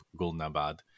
Gulnabad